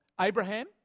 Abraham